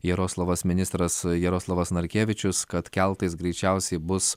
jaroslavas ministras jaroslavas narkevičius kad keltais greičiausiai bus